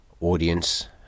audience